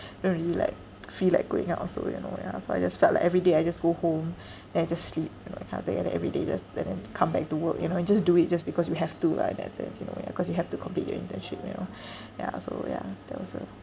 you don't really like feel like going out also you know ya so I just felt like everyday I just go home and I just sleep you know that kind of thing and then everyday just and then come back to work you know you just do it just because you have to lah in that sense you know ya cause you have to complete your internship you know ya so ya that was a